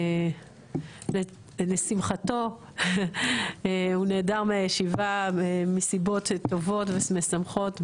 לשמחתו הוא נעדר מהישיבה מסיבות טובות ומשמחות,